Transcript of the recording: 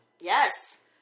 Yes